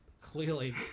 Clearly